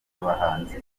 abahanzi